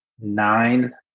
nine